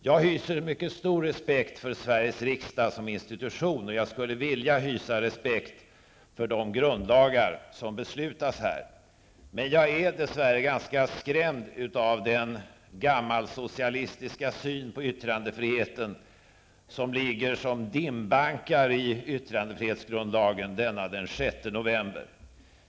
Jag hyser mycket stor respekt för Sveriges riksdag som institution. Jag skulle också vilja hysa respekt för de grundlagar som det fattas beslut om här. Men jag är dess värre ganska skrämd av den gammalsocilistiska syn på yttrandefriheten som ligger som dimbankar i yttrandefrihetsgrundlagen denna den 6 november.